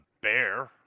bear